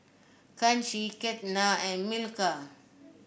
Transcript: Kanshi Ketna and Milkha